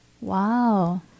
Wow